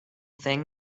thing